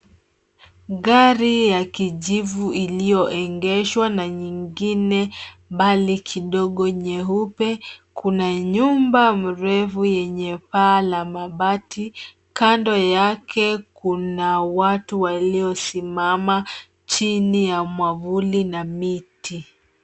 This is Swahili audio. Gari ya kijivu iliyoegeshwa na nyingine mbali kidogo nyeupe. Kuna nyumba mrefu yenye paa la mabati. Kando yake kuna watu walio simama chini ya mwavuli na miti.